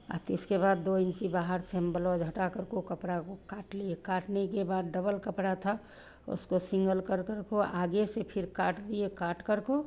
और तिसके बाद दो इन्ची बाहर से हम ब्लाउज़ हटा करको कपड़ा को काट लिए काटने के बाद डबल कपड़ा था उसको सिन्गल करको आगे से फिर काट दिए काट करको